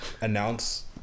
announce